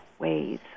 ways